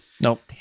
Nope